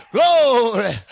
Glory